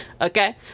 Okay